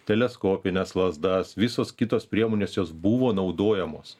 teleskopines lazdas visos kitos priemonės jos buvo naudojamos